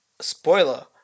spoiler